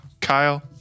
Kyle